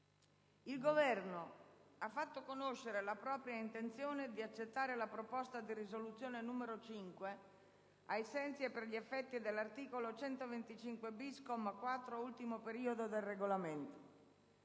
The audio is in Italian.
Il Governo ha fatto conoscere la propria intenzione di accettare la proposta di risoluzione n. 5, ai sensi e per gli effetti dell'articolo 125-*bis*, comma 4, ultimo periodo, del Regolamento.